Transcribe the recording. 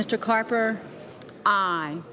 mr carper i